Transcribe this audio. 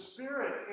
Spirit